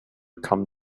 come